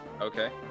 okay